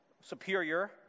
Superior